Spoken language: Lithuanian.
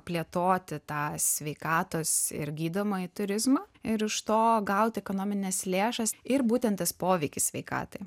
plėtoti tą sveikatos ir gydomąjį turizmą ir iš to gauti ekonomines lėšas ir būtent tas poveikis sveikatai